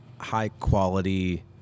high-quality